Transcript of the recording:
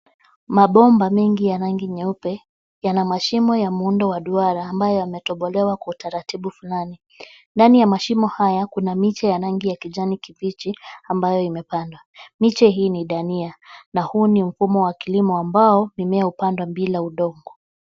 Mabomba mengi ya rangi nyeupe yana mashimo ya muundo wa duara ambayo yametobolewa kwa utaratibu fulani. Ndani ya mashimo haya kuna miche ya rangi ya kijani kibichi ambayo imepandwa. Miti hii ni dania na huu ni mfumo wa kilimo ambao mimea hupandwa bila udongo.